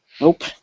Nope